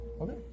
Okay